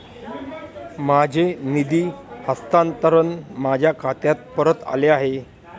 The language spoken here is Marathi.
माझे निधी हस्तांतरण माझ्या खात्यात परत आले आहे